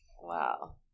Wow